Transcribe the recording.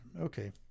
Okay